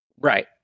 Right